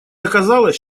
оказалось